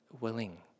willing